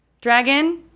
Dragon